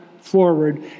forward